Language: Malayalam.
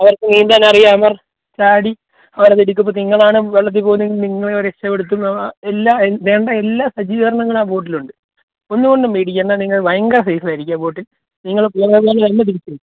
അവർക്ക് നീന്താൻ അറിയാം അവർ ചാടി അവർ അത് എടുക്കുമ്പം നിങ്ങളാണ് വെള്ളത്തിൽ പോവുന്നത് എങ്കിൽ നിങ്ങളെ അവർ രക്ഷപെടുത്തും എല്ലാ വേണ്ട എല്ലാ സജ്ജീകരണങ്ങളും ആ ബോട്ടിലുണ്ട് ഒന്നുകൊണ്ടും പേടിക്കേണ്ട നിങ്ങൾ ഭയങ്കര സേഫ് ആയിരിക്കും ആ ബോട്ടിൽ നിങ്ങൾ നിങ്ങളെ കൊണ്ട് തന്നെ തിരിച്ച് വരും